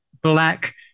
black